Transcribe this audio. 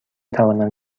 توانم